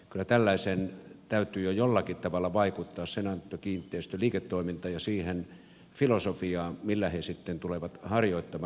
kyllä tällaisen täytyy jo jollakin tavalla vaikuttaa senaatti kiinteistöjen liiketoimintaan ja siihen filosofiaan millä he sitten tulevat harjoittamaan liiketoimintaansa